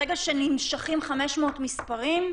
ברגע שנמשכים 500 מספרים,